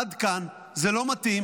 עד כאן, זה לא מתאים.